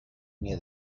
near